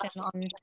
on